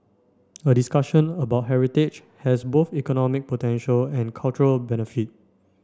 a discussion about heritage has both economic potential and cultural benefit